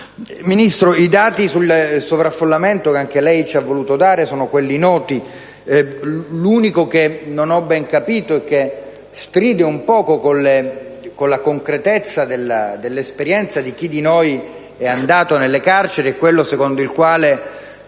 i dati sul sovraffollamento che lei ha voluto dare sono quelli noti; l'unico che non ho ben capito, e che stride un poco con la concretezza dell'esperienza di chi di noi è andato nelle carceri, è quello secondo il quale